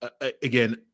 again